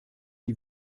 die